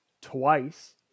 twice